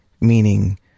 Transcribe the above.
meaning